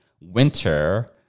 winter